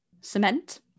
Cement